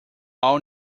all